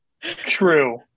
True